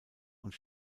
und